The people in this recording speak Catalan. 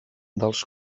dels